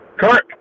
Kirk